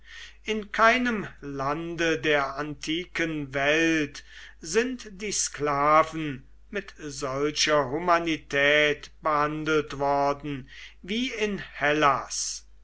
in keinem lande der antiken welt sind die sklaven mit solcher humanität behandelt worden wie in hellas